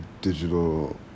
digital